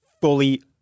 fully